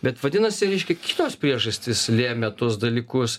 bet vadinasi reiškia kitos priežastys lėmė tuos dalykus